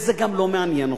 וזה גם לא מעניין אותך.